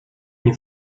nie